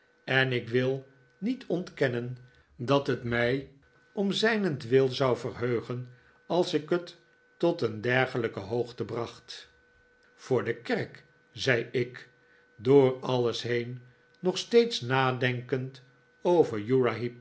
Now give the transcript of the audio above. en ik wil niet ontkennen dat het mij om zijnentwil zou verheugeri als ik het tot een dergelijke hopgte bracht voor de kerk zei ik door alles heen nog steeds nadenkend over